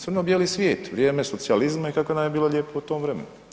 Crno-bijeli svijet, vrijeme socijalizma i kako nam je bilo lijepo u tom vremenu.